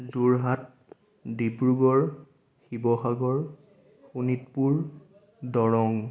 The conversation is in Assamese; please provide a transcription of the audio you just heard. যোৰহাট ডিব্ৰুগড় শিৱসাগৰ শোণিতপুৰ দৰং